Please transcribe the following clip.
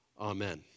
Amen